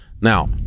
now